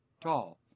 tall